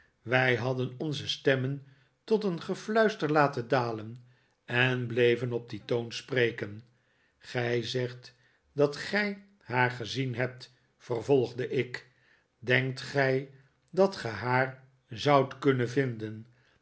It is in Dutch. wij hadden onze stemmen tot een gefluister laten dalen en bleven op dien toon spreken gij zegt dat gij haar gezien hebt vervolgde ik denkt gij dat ge haar zoudt kunnen vinden